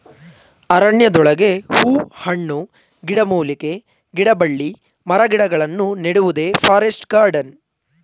ಅರಣ್ಯದೊಳಗೆ ಹೂ ಹಣ್ಣು, ಗಿಡಮೂಲಿಕೆ, ಗಿಡಬಳ್ಳಿ ಮರಗಿಡಗಳನ್ನು ನೆಡುವುದೇ ಫಾರೆಸ್ಟ್ ಗಾರ್ಡನ್